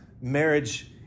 marriage